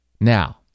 Now